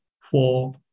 four